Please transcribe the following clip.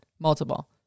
Multiple